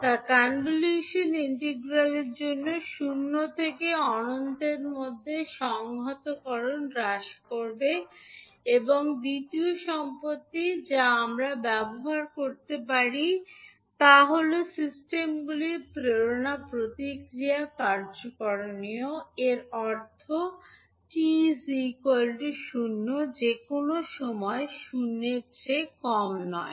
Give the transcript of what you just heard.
তা কনভলিউশন ইন্টিগ্রালের জন্য শূন্য থেকে অনন্তের মধ্যে সংহতকরণ হ্রাস করবে এবং দ্বিতীয় সম্পত্তি যা আমরা ব্যবহার করতে পারি তা হল সিস্টেমগুলির প্রেরণা প্রতিক্রিয়া কার্যকারণীয় এর অর্থ 𝑡 0 যে কোনও সময় শূন্যের চেয়ে কম নয়